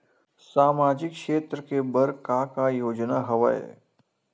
सामाजिक क्षेत्र के बर का का योजना हवय?